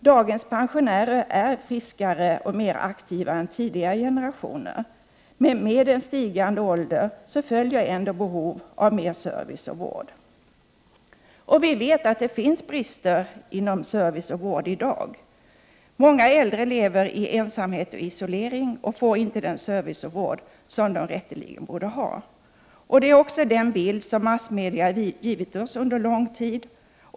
Dagens pensionärer är friskare och | mer aktiva än tidigare generationers. Men med en stigande ålder följer ändå Prot. 1988/89:44 behov av mer service och vård. 13 december 1988 Vi vet att det finns brister inom service och vård i dag. Många äldre leveri. är, ma mon re ensamhet och isolering och får inte den service och vård de rätteligen borde ha. Det är också den bild som massmedia givit oss under lång tid.